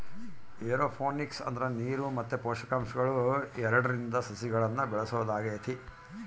aeroponics ಅಂದ್ರ ನೀರು ಮತ್ತೆ ಪೋಷಕಾಂಶಗಳು ಎರಡ್ರಿಂದ ಸಸಿಗಳ್ನ ಬೆಳೆಸೊದಾಗೆತೆ